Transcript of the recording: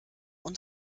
und